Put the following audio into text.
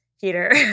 Peter